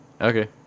Okay